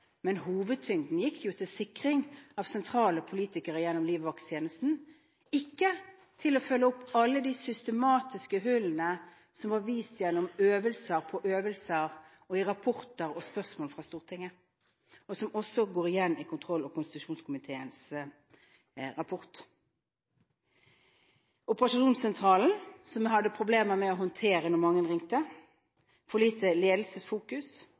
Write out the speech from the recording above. men hovedtyngden gikk jo til sikring av sentrale politikere gjennom livvaktstjenesten, ikke til å følge opp alle de hullene som systematisk hadde vist seg gjennom øvelser på øvelser, i rapporter og spørsmål fra Stortinget, som også går igjen i kontroll- og konstitusjonskomiteens rapport. Operasjonssentralen hadde problemer med håndteringen når mange ringte, det var for lite ledelsesfokus,